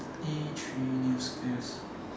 E three new skills